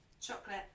Chocolate